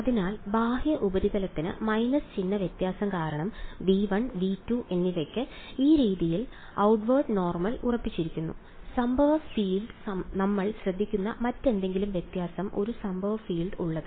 അതിനാൽ ബാഹ്യ ഉപരിതലത്തിന് മൈനസ് ചിഹ്ന വ്യത്യാസം കാരണം V1 V2 എന്നിവയ്ക്ക് ഈ രീതിയിൽ ഔട്ട്വേർഡ് നോർമൽ ഉറപ്പിച്ചിരിക്കുന്നു സംഭവ ഫീൽഡ് നമ്മൾ ശ്രദ്ധിക്കുന്ന മറ്റെന്തെങ്കിലും വ്യത്യാസം ഒരു സംഭവ ഫീൽഡ് ഉള്ളത്